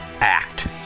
act